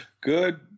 Good